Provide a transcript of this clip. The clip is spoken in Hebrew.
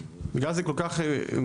בגלל שזה כל כך מוסכם,